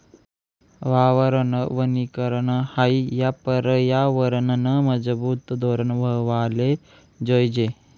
वावरनं वनीकरन हायी या परयावरनंनं मजबूत धोरन व्हवाले जोयजे